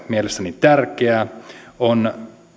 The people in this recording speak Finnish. mielestäni tärkeää on